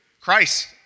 Christ